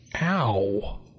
Ow